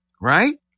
right